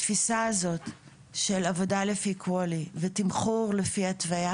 התפיסה של עבודה לפי QALY ותמחור לפי התוויה